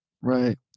Right